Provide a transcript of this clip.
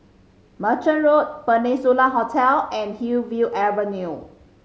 Merchant Road Peninsula Hotel and Hillview Avenue